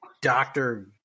doctor